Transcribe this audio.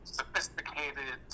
sophisticated